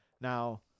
Now